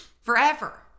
forever